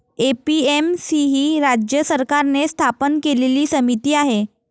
APMC ही राज्य सरकारने स्थापन केलेली समिती आहे